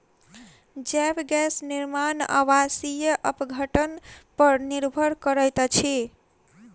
जैव गैस निर्माण अवायवीय अपघटन पर निर्भर करैत अछि